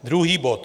Druhý bod.